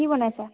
কি বনাইছা